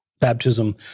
baptism